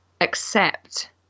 accept